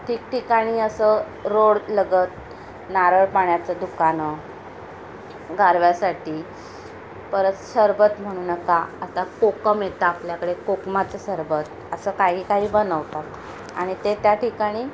ठिकठिकाणी असं रोडलगत नारळपाण्याचं दुकानं गारव्यासाठी परत सरबत म्हणू नका आता कोकम येतं आपल्याकडे कोकमाचं सरबत असं काही काही बनवतात आणि ते त्या ठिकाणी